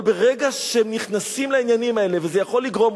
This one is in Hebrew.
אבל ברגע שהם נכנסים לדברים האלה זה יכול לגרום,